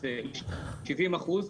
זה ל-70%.